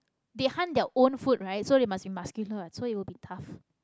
they hunt their own food right so they must you must be muscular [what] so it will be tough